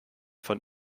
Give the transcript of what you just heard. von